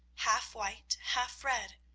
half white, half red.